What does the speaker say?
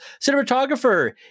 cinematographer